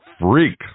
freak